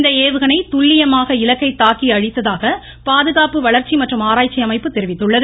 இந்த ஏவுகணை துல்லியமாக இலக்கைத் தாக்கி அழித்ததாக பாதுகாப்பு வளர்ச்சி மற்றும் ஆராய்ச்சி அமைப்பு தெரிவித்துள்ளது